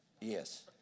Yes